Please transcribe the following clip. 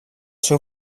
seu